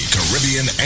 Caribbean